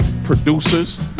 Producers